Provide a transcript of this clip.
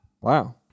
Wow